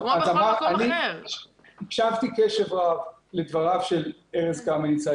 אני הקשבתי קשב רב לדבריו של ארז קמיניץ,